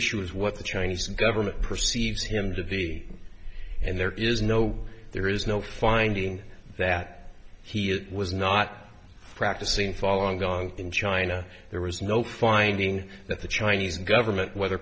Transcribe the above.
issue is what the chinese government perceives him to be and there is no there is no finding that he was not practicing following gong in china there was no finding that the chinese government whether